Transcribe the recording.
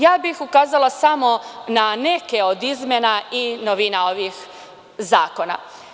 Ja bih ukazala samo na neke od izmena i novina ovih zakona.